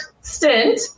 stint